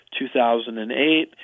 2008